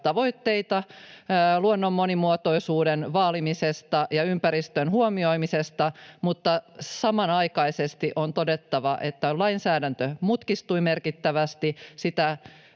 tavoitteita luonnon monimuotoisuuden vaalimisesta ja ympäristön huomioimisesta, mutta samanaikaisesti on todettava, että lainsäädäntö mutkistui merkittävästi.